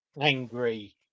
angry